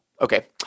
Okay